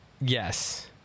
Yes